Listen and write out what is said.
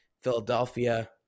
Philadelphia